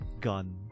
gun